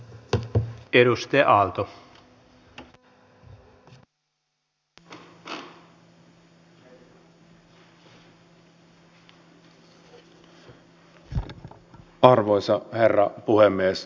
kiitän arvoisa rouva puhemies